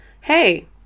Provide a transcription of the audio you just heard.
hey